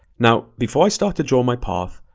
now before i start to draw my path,